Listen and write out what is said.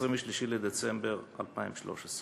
23 בדצמבר 2013,